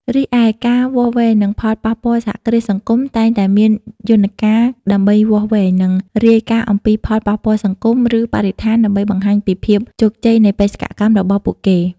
រីឯការវាស់វែងនឹងផលប៉ះពាល់សហគ្រាសសង្គមតែងតែមានយន្តការដើម្បីវាស់វែង និងរាយការណ៍អំពីផលប៉ះពាល់សង្គម ឬបរិស្ថាន ដើម្បីបង្ហាញពីភាពជោគជ័យនៃបេសកកម្មរបស់ពួកគេ ។